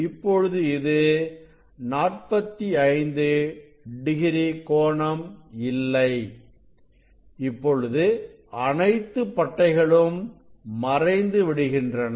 இப்பொழுது இது 45 டிகிரி கோணம் இல்லை இப்பொழுது அனைத்து பட்டைகளும் மறைந்து விடுகின்றன